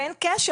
באין קשר,